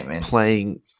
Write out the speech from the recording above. playing –